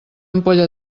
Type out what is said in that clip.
ampolla